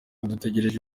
dutegereje